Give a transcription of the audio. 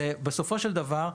בסופו של דבר,